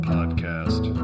Podcast